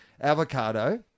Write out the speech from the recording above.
Avocado